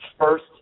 First